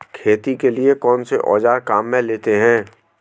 खेती के लिए कौनसे औज़ार काम में लेते हैं?